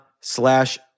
slash